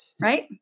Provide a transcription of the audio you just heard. right